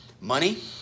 money